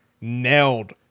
nailed